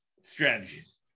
strategies